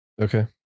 Okay